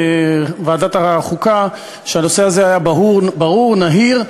אנשי ועדת החוקה, שכן הנושא הזה היה ברור, נהיר.